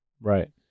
right